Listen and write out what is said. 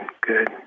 good